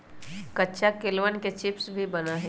कच्चा केलवन के चिप्स भी बना हई